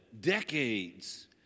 decades